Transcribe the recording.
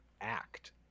act